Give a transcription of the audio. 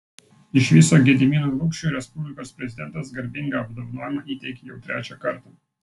iš viso gediminui lukšiui respublikos prezidentas garbingą apdovanojimą įteikė jau trečią kartą